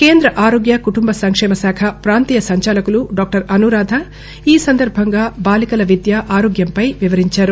కేంద్ర ఆరోగ్య కుటుంబ సంక్షేమశాఖ పాంతీయ సంచాలకులు డాక్టర్ అనురాధ ఈ సందర్భంగా బాలికల విద్య ఆరోగ్యంపై వివరించారు